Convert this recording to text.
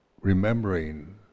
remembering